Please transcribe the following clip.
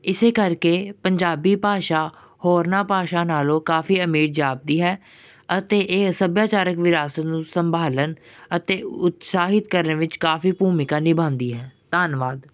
ਇਸ ਕਰਕੇ ਪੰਜਾਬੀ ਭਾਸ਼ਾ ਹੋਰਨਾਂ ਭਾਸ਼ਾ ਨਾਲੋਂ ਕਾਫੀ ਅਮੀਰ ਜਾਪਦੀ ਹੈ ਅਤੇ ਇਹ ਸੱਭਿਆਚਾਰਕ ਵਿਰਾਸਤ ਨੂੰ ਸੰਭਾਲਣ ਅਤੇ ਉਤਸ਼ਾਹਿਤ ਕਰਨ ਵਿੱਚ ਕਾਫੀ ਭੂਮਿਕਾ ਨਿਭਾਉਂਦੀ ਹੈ ਧੰਨਵਾਦ